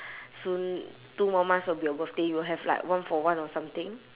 soon two more months will be your birthday will have like one for one or something